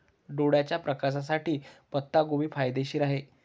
डोळ्याच्या प्रकाशासाठी पत्ताकोबी फायदेशीर आहे